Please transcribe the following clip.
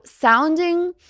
sounding